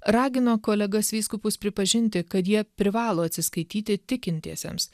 ragino kolegas vyskupus pripažinti kad jie privalo atsiskaityti tikintiesiems